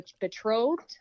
betrothed